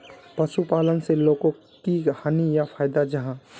पशुपालन से लोगोक की हानि या फायदा जाहा?